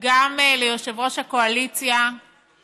הרבה חברתי חברת הכנסת יפעת שאשא ביטון הגישה הצעה בעניין הזה,